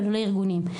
ולא לארגונים,